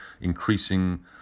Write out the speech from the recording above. increasing